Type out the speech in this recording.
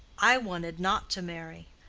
i wanted not to marry.